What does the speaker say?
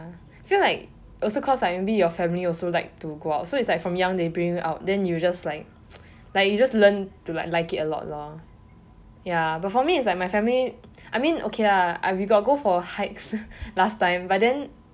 ya feel like also cause la maybe your family also like to go out so like from young they bring you out then you just like like you just learn to like like it a lot lor ya but for me is like my family I mean okay lah we got go for hikes last time but then